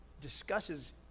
discusses